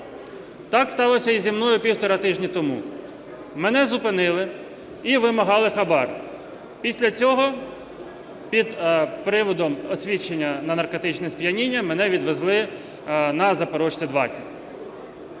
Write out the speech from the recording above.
Так сталося і зі мною півтора тижні тому. Мене зупинили і вимагали хабар. Після цього під приводом освідчення на наркотичне сп'яніння мене відвезли на Запорожця, 20.